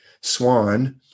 swan